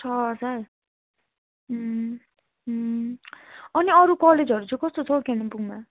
छ हजार अनि अरू कलेजहरू चाहिँ कस्तो छ हौ कालिम्पोङमा